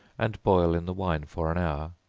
and boil in the wine for an hour,